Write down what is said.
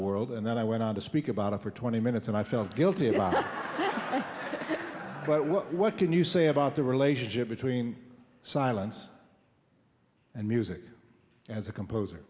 world and then i went on to speak about it for twenty minutes and i felt guilty about that but what can you say about the relationship between silence and music as a composer